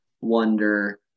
wonder